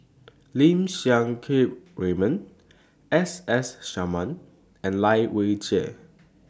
Lim Siang Keat Raymond S S Sarma and Lai Weijie